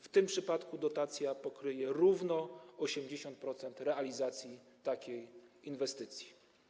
W tym przypadku dotacja pokryje równo 80% realizacji takiej inwestycji.